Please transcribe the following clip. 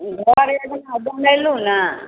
घर एगो बनेलहुँ ने